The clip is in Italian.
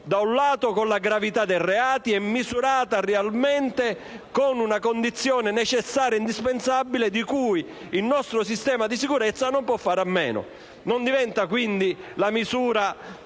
da un lato con la gravità dei reati e, dall'altro, con una condizione necessaria e indispensabile di cui il nostro sistema di sicurezza non può fare a meno. Non diventa quindi una misura